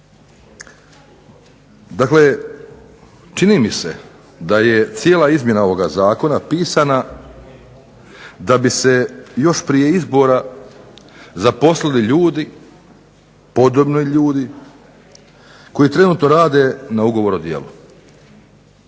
Dakle, čini mi se da je cijela izmjena ovoga zakona pisana da bi se još prije izbora zaposlili ljudi, podobni ljudi koji trenutno rade na ugovor o djelu.